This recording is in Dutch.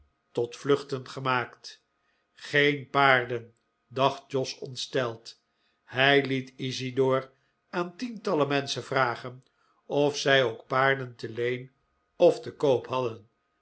tot vluchten gemaakt geen paarden dacht jos ontsteld hij liet isidor aan tientallen menschen vragen of zij ook paarden te leen of te koop hadden